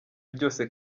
byose